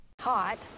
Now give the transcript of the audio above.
hot